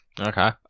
Okay